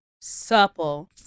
supple